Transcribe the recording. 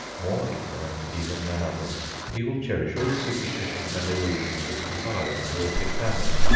more ignorant even than others, he will cherish all the superstitions and illusions which environ the orchid family.